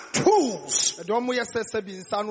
tools